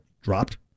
dropped